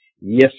Yes